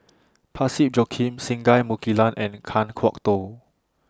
Parsick Joaquim Singai Mukilan and Kan Kwok Toh